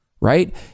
right